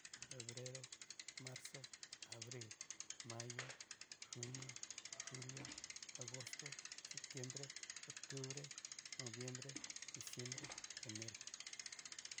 Enero, febrero, marzo, ail, mayo, junio, julio, agosto, septibre, otubre, noviembre, diciembre, enero.